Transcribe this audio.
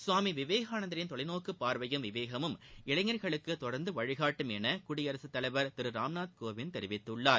சுவாமி விவேகானந்தரின் தொலைநோக்குப் பார்வையும் விவேகமும் இளைஞர்களுக்கு தொடர்ந்து வழிகாட்டும் என குடியரசுத் தலைவர் திரு ராம்நாத் கோவிந்த் தெரிவித்துள்ளார்